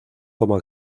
como